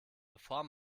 bevor